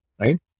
right